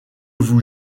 vous